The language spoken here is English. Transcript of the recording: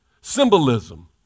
Symbolism